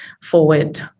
forward